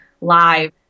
live